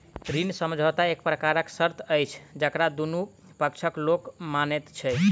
ऋण समझौता एक प्रकारक शर्त अछि जकरा दुनू पक्षक लोक मानैत छै